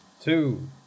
two